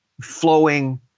flowing